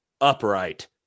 upright